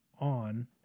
on